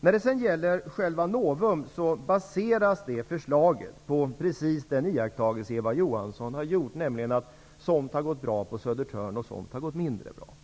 När det gäller själva Novum baseras det förslaget på precis den iakttagelse Eva Johansson har gjort, nämligen att somt har gått bra på Södertörn och somt har gått mindre bra.